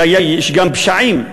יש גם פשעים,